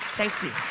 thank you.